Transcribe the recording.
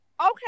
Okay